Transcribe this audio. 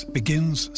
begins